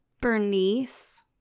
Bernice